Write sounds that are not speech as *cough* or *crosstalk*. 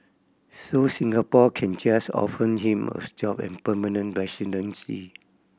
so Singapore can just offer Jim a *unintelligible* job and permanent residency